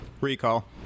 Recall